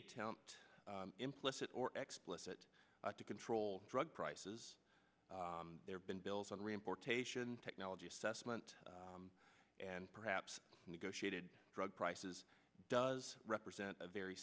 attempt implicit or explicit to control drug prices there have been bills on reimportation technology assessment and perhaps negotiated drug prices does represent a very